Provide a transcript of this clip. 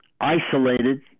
isolated